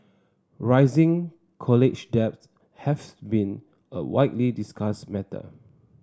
rising college debt has been a widely discussed matter